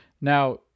Now